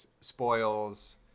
spoils